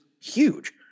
huge